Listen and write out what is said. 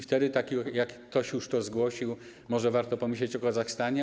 Wtedy, tak jak ktoś już to zgłosił, może warto pomyśleć o Kazachstanie.